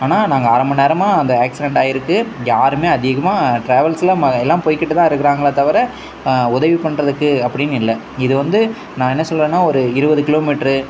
ஆனால் நாங்கள் அரை மணிநேரமா அந்த ஆக்சிடெண்ட் ஆயிருக்குது யாரும் அதிகமாக ட்ராவெல்ஸெலாம் எல்லாம் போயிக்கிட்டு தான் இருக்கிறாங்களே தவிர உதவி பண்ணுறதுக்கு அப்படினு இல்லை இது வந்து நான் என்ன சொல்கிறேன்னா ஒரு இருபது கிலோமீட்ரு